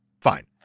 Fine